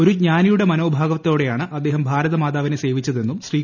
ഒരു ജ്ഞാനിയുടെ മനോഭാവത്തോടെയാണ് അദ്ദേഹം ഭാരതമാതാവിനെ സേവിച്ചതെന്നും ശ്രീ